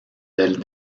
del